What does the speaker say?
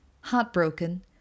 Heartbroken